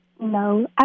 No